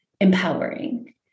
empowering